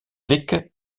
week